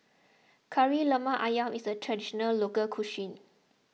Kari Lemak Ayam is a Traditional Local Cuisine